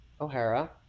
O'Hara